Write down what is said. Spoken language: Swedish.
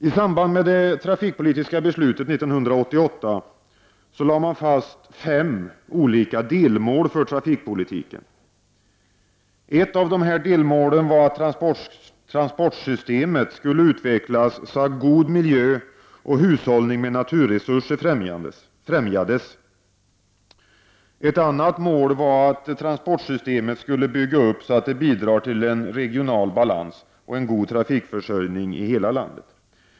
I samband med det trafikpolitiska beslutet 1988 lades fem olika delmål för trafikpolitiken fast. Ett av dessa mål var att transportsystemet skulle utvecklas så att god miljö och hushållning med naturresurser främjades. Ett annat mål var att transportsystemet skulle byggas upp så att det bidrar till regional balans och en god trafikförsörjning i hela landet.